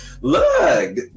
Look